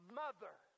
mother